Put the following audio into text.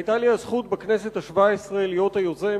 היתה לי הזכות בכנסת השבע-עשרה להיות היוזם